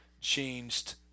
changed